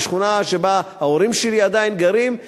בשכונה שבה ההורים שלי עדיין גרים,